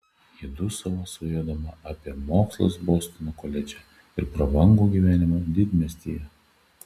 ji dūsavo svajodama apie mokslus bostono koledže ir prabangų gyvenimą didmiestyje